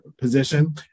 position